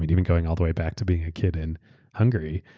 but even going all the way back to being a kid and hungry.